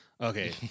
Okay